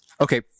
Okay